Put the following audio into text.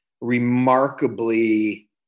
remarkably